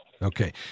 Okay